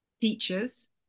teachers